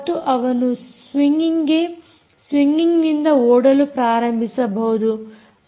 ಮತ್ತು ಅವನು ಸ್ವಿಂಗಿಂಗ್ನಿಂದ ಓಡಲು ಪ್ರಾರಂಭಿಸಬಹುದು